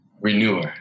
renewer